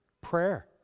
Prayer